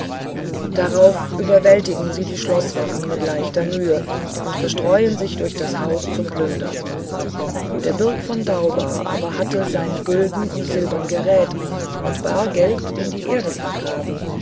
darauff überwältigen sie die schloßwacht mit leichter müh und verstreuen sich durch das haus zum plündern der birk von dauba aber hatte sein gülden und silbern geräth und baar geld in die erd gegraben